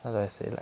how do I say like